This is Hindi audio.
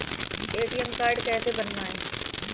ए.टी.एम कार्ड कैसे बनवाएँ?